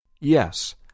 Yes